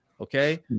okay